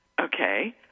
okay